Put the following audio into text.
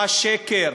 מה השקר?